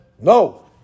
No